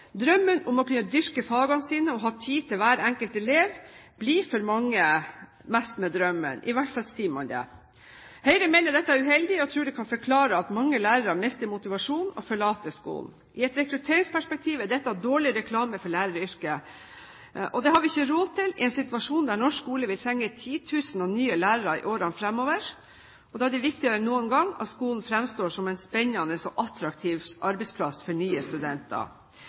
Drømmen om å kunne dyrke fagene sine og å ha tid til hver enkelt elev blir for mange mest med drømmen – i hvert fall sier man det. Høyre mener dette er uheldig og tror det kan forklare at mange lærere mister motivasjonen og forlater skolen. I et rekrutteringsperspektiv er dette dårlig reklame for læreryrket. Det har vi ikke råd til i en situasjon der norsk skole vil trenge titusener av nye lærere i årene fremover. Da er det viktigere enn noen gang at skolen fremstår som en spennende og attraktiv arbeidsplass for nye studenter.